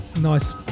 Nice